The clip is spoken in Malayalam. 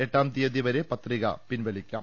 എട്ടാം തീയ്യതി വരെ പത്രിക പിൻവലിക്കാം